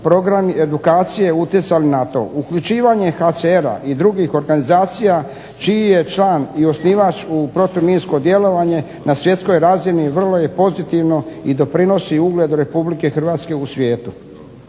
programi edukacije utjecali na to. Uključivanje HCR-a i drugih organizacija čiji je član i osnivač u protuminsko djelovanje na svjetskoj razini vrlo je pozitivno i doprinosi ugledu Republike Hrvatske u svijetu,